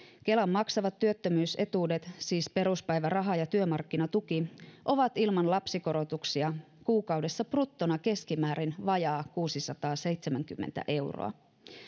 kelan maksamat työttömyysetuudet siis peruspäiväraha ja työmarkkinatuki ovat ilman lapsikorotuksia kuukaudessa bruttona keskimäärin vajaat kuusisataaseitsemänkymmentä euroa